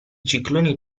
cicloni